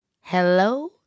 Hello